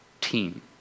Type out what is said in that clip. team